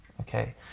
okay